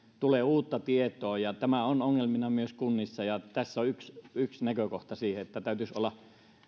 tulee uutta tietoa ja tämä on ongelmana myös kunnissa tässä on yksi yksi näkökohta siihen että täytyisi olla